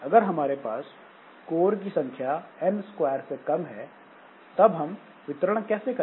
अगर हमारे पास कोर की संख्या N स्क्वायर से कम है तब हम वितरण कैसे करेंगे